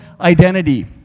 identity